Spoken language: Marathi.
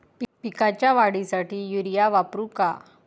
पिकाच्या वाढीसाठी युरिया वापरू का?